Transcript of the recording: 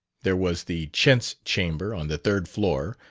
there was the chintz chamber on the third floor,